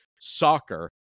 Soccer